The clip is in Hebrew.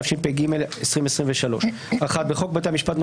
התשפ"ג 2023 תיקון סעיף 6 1. בחוק בתי המשפט ,